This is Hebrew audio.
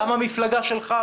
גם המפלגה שלך,